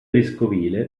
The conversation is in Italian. vescovile